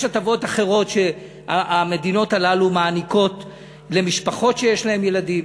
יש הטבות אחרות שהמדינות האלה נותנות למשפחות שיש להן ילדים.